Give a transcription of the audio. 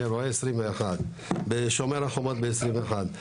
ב"שומר החומות" ב-2021,